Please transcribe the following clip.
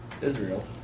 Israel